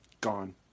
gone